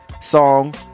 song